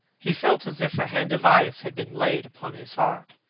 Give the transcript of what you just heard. he felt as if a hand of ice had been laid upon his heart.